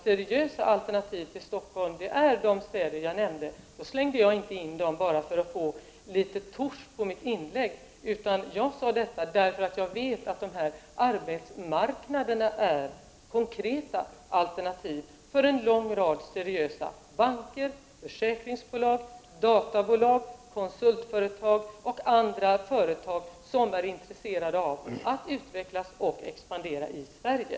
Seriösa alternativ till Stockholm är de städer jag nämnde. Jag slängde inte in dem för att få litet ”touch” på mitt inlägg, utan jag sade detta för att jag vet att dessa arbetsmarknader är konkreta alternativ för en lång rad seriösa företag som t.ex. banker, försäkringsbolag, databolag, konsultföretag och andra företag som är intresserade av att utvecklas och expandera i Sverige.